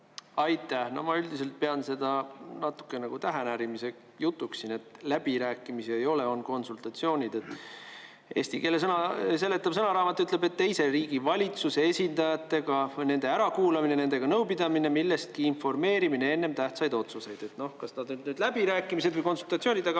Aitäh! No ma üldiselt pean seda natuke nagu tähenärimise jutuks, et läbirääkimisi ei ole, on konsultatsioonid. Eesti keele seletav sõnaraamat ütleb, et konsultatsioon on teise riigi valitsuse esindajate ärakuulamine, nendega nõupidamine, millestki informeerimine enne tähtsaid otsuseid. Noh, kas need nüüd olid läbirääkimised või konsultatsioonid,